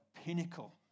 pinnacle